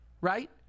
right